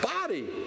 body